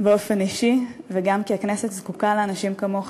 באופן אישי וגם כי הכנסת זקוקה לאנשים כמוך,